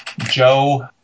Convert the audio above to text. Joe